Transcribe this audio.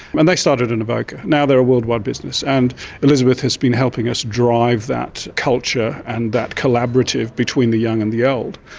and they started in evocca, now they are a worldwide business. and elizabeth has been helping us drive that culture and that collaborative between the young and the old.